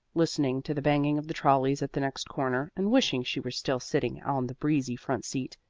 listening to the banging of the trolleys at the next corner and wishing she were still sitting on the breezy front seat,